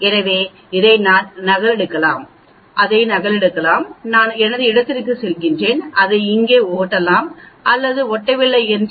எனவே இதை நான் நகலெடுக்கலாம் இதை நகலெடுக்கலாம் நான் எனது இடத்திற்குச் செல்கிறேன் அதை இங்கே ஒட்டலாம் அல்லது ஒட்டவில்லை என்றால்